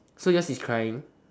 so yours is crying